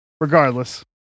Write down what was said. Regardless